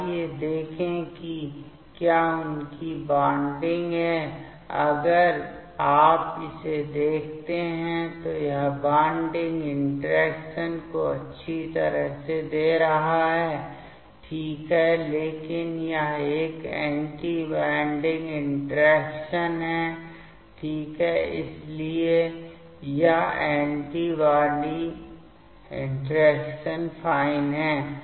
आइए देखें कि क्या उनकी बॉन्डिंग है अगर आप इसे देखते हैं तो यह बॉन्डिंग इंटरेक्शन को अच्छी तरह से दे रहा है ठीक है लेकिन यह एक एंटी बॉन्डिंग इंटरैक्शन है ठीक है इसलिए यह एंटी बॉन्डिंग इंटरैक्शन फाइन है